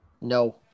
No